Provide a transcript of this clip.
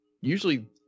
usually